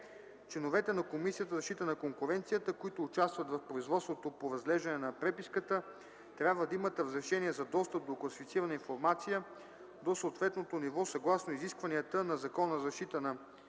членовете на Комисията за защита на конкуренцията, които участват в производството по разглеждане на преписката, трябва да имат разрешение за достъп до класифицирана информация до съответното ниво съгласно изискванията на Закона за защита на